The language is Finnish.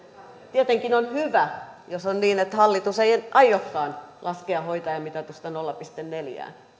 tietenkin on hyvä jos on niin että hallitus ei ei aiokaan laskea hoitajamitoitusta nolla pilkku neljään